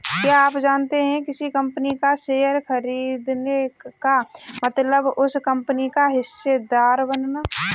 क्या आप जानते है किसी कंपनी का शेयर खरीदने का मतलब उस कंपनी का हिस्सेदार बनना?